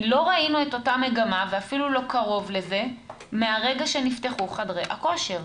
לא ראינו את אותה מגמה ואפילו לא קרוב לזה מהרגע שנפתחו חדרי הכושר.